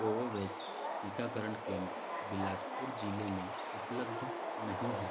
Covovax टीकाकरण केंद्र बिलासपुर ज़िले में उपलब्ध नहीं हैं